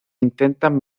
intentan